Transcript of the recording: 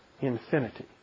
infinity